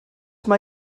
mae